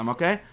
Okay